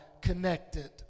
connected